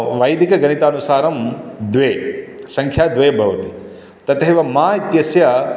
वैदिकगणितानुसारं द्वे सङ्ख्या द्वे भवति तथैव म इत्यस्य